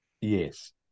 Yes